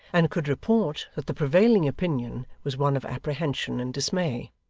and could report that the prevailing opinion was one of apprehension and dismay.